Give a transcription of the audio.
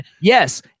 yes